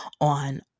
on